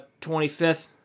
25th